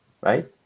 right